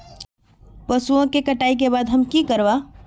पशुओं के कटाई के बाद हम की करवा?